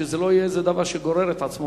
שזה לא יהיה איזה דבר שגורר את עצמו